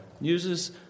uses